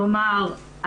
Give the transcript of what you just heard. כלומר,